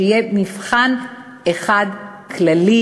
שיהיה מבחן אחד כללי,